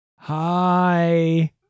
Hi